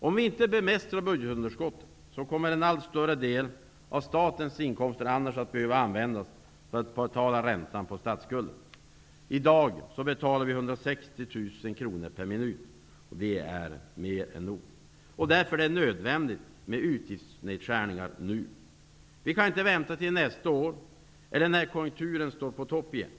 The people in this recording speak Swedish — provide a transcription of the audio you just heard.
Om vi inte bemästrar budgetunderskottet kommer en allt större del av statens inkomster att behöva användas till att betala räntor på statsskulden. I dag betalar vi 160 000 kr per minut till budgetunderskottet, och det är mer än nog. Därför är det nödvändigt med utgiftsnedskärningar nu. Vi kan inte vänta till nästa år eller till när konjunkturen står på topp igen.